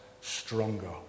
stronger